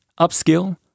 upskill